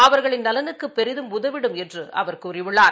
அவர்களின் நலனுக்குபெரிதும் உதவிடும் என்றுகூறியுள்ளார்